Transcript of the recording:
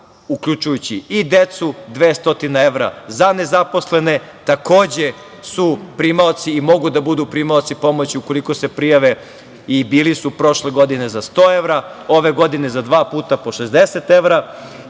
uključujući i decu, 200 evra za nezaposlene. Takođe su primaoci i mogu da budu primaoci pomoći ukoliko se prijave i bili su prošle godine za 100 evra, ove godine za dva puta po 60 evra.